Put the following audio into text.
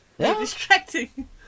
distracting